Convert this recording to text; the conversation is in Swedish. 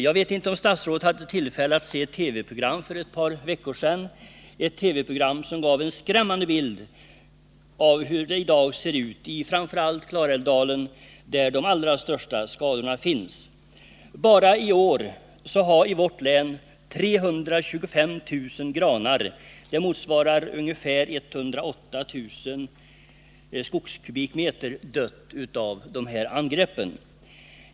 För ett par veckor sedan gavs ett TV-program — jag vet inte om statsrådet hade tillfälle att se det — som gav en skrämmande bild av hur det i dag ser ut i framför allt Klarälvdalen, där de allra största skadorna finns. Bara i år har 325 000 granar — det motsvarar ungefär 108 000 skogskubikmeter — dött av de här angreppen.